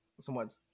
somewhat